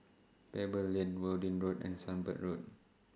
Pebble Lane Worthing Road and Sunbird Road